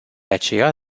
aceea